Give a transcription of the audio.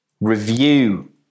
review